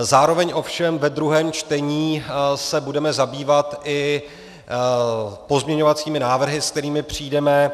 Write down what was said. Zároveň ovšem ve druhém čtení se budeme zabývat i pozměňovacími návrhy, s kterými přijdeme.